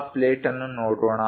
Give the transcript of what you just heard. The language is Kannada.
ಆ ಪ್ಲೇಟ್ ಅನ್ನು ನೋಡೋಣ